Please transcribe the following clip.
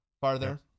farther